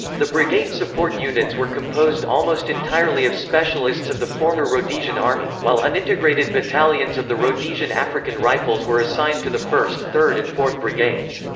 the brigade support units were composed almost entirely of specialists of the former rhodesian army, while unintegrated battalions of the rhodesian african rifles were assigned to the first, third and fourth brigades.